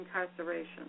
incarceration